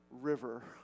river